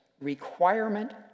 requirement